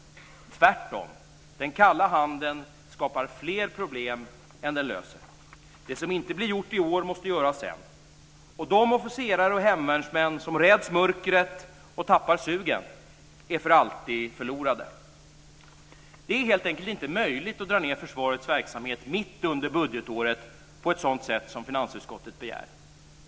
Tvärtom - den kalla handen skapar fler problem än den löser. Det som inte blir gjort i år måste göras sedan. De officerare och hemvärnsmän som räds mörkret och tappar sugen är för alltid förlorade. Det är hel enkelt inte möjligt att dra ned försvarets verksamhet mitt under budgetåret på ett sådant sätt som finansutskottet begär.